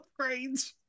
upgrades